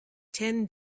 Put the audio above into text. ten